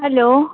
hello